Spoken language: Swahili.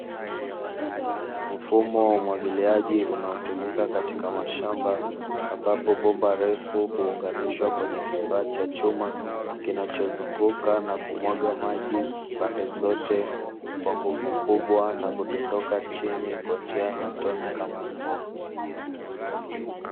Mfumo wa umwagiliaji unaotumika katika mashamba ambapo bomba refu huunganishwa kwenye kifaa cha chuma kinachozunguka na kumwaga maji pande zote kwa nguvu kubwa na kudondoka chini kwa njia ya matone kama mvua.